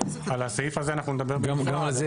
על הסעיף הזה אנחנו נדבר בנפרד.